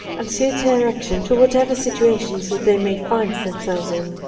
and suit their action to whatever situations they may find themselves in,